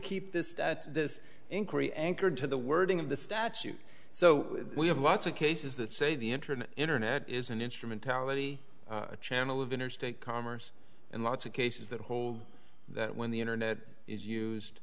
keep this at this inquiry anchored to the wording of the statute so we have lots of cases that say the internet internet is an instrumentality channel of interstate commerce in lots of cases that hold that when the internet is used